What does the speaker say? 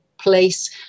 place